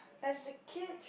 as a kid